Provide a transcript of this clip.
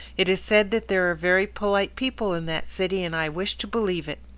it is said that there are very polite people in that city, and i wish to believe it.